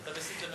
אתה מסית למרד.